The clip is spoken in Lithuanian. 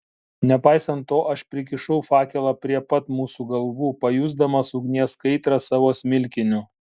nepaisant to aš prikišau fakelą prie pat mūsų galvų pajusdamas ugnies kaitrą savo smilkiniu